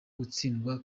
gutsindwa